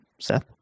Seth